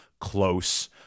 close